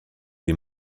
des